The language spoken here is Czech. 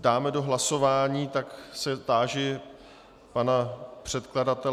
dáme do hlasování, tak se táži pana předkladatele...